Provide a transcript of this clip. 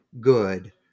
good